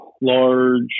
large